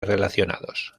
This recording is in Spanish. relacionados